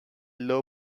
low